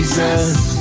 Jesus